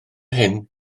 hyn